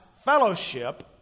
fellowship